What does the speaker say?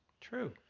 True